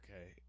Okay